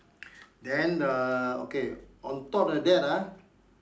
then err okay on top of that ah